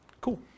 Cool